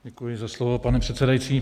Děkuji za slovo, pane předsedající.